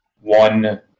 one